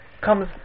comes